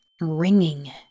ringing